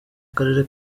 karere